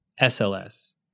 SLS